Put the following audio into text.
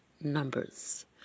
numbers